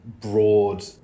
broad